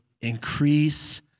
increase